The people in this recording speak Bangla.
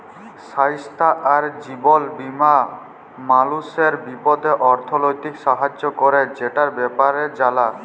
স্বাইস্থ্য আর জীবল বীমা মালুসের বিপদে আথ্থিক সাহায্য ক্যরে, সেটর ব্যাপারে জালা